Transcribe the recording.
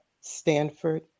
Stanford